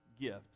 gift